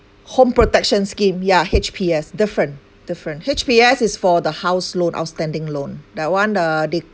home protection scheme yeah H_P_S different different H_P_S is for the house loan outstanding loan that one the they